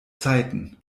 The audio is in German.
zeiten